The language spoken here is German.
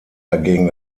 dagegen